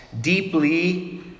deeply